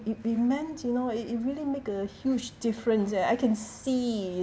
it demands you know it it really make a huge difference eh I can see